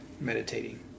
Meditating